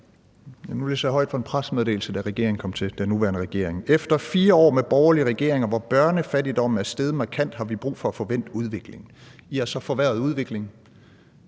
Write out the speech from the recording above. Efter 4 år med borgerlige regeringer, hvor børnefattigdommen er steget markant, har vi brug for at få vendt udviklingen. I har så forværret udviklingen.